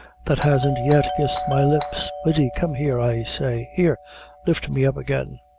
that hasn't yet kissed my lips. biddy, come here, i say here lift me up again.